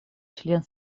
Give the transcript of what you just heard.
член